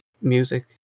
music